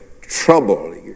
trouble